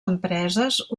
empreses